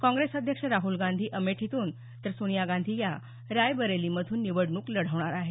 काँग्रेस अध्यक्ष राहूल गांधी अमेठीतून तर सोनिया गांधी या रायबरेलीमधून निवडणूक लढवणार आहेत